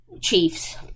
Chiefs